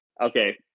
okay